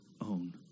own